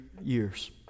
years